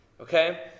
Okay